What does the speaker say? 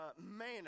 man